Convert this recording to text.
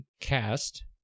cast